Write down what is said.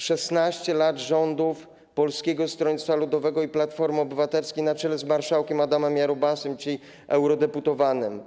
16 lat rządów Polskiego Stronnictwa Ludowego i Platformy Obywatelskiej na czele z marszałkiem Adamem Jarubasem, dzisiaj eurodeputowanym.